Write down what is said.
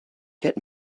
get